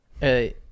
hey